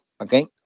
okay